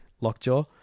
Lockjaw